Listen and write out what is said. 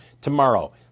tomorrow